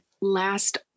last